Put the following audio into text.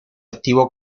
activo